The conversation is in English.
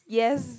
yes